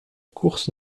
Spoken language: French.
course